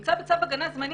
שנמצא בצו הגנה זמני,